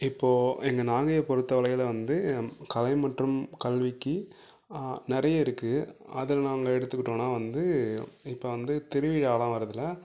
இப்போது எங்கள் நாகையை பொறுத்த வரையில் வந்து கலை மற்றும் கல்விக்கு நிறையருக்குது அதில் நாங்கள் எடுத்துகிட்டோம்னால் வந்து இப்போது வந்து திருவிழாவெலாம் வருதுல்லை